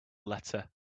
letter